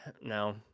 no